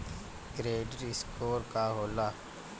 Credit score का होला?